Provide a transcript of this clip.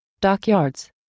dockyards